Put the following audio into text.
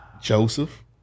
Joseph